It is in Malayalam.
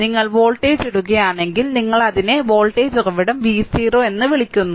നിങ്ങൾ വോൾട്ടേജ് ഇടുകയാണെങ്കിൽ നിങ്ങൾ അതിനെ വോൾട്ടേജ് ഉറവിടം V0 എന്ന് വിളിക്കുന്നു